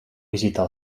visitar